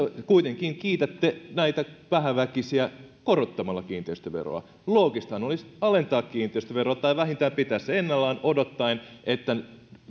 kuitenkin kiitätte näitä vähäväkisiä korottamalla kiinteistöveroa loogistahan olisi alentaa kiinteistöveroa tai vähintään pitää se ennallaan odottaen että